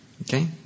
okay